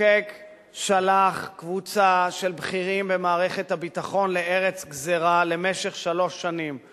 המחוקק שלח קבוצה של בכירים במערכת הביטחון לארץ גזירה למשך שלוש שנים.